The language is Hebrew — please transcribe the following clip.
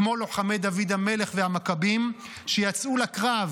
כמו לוחמי דוד המלך והמכבים שיצאו לקרב